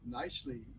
nicely